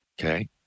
okay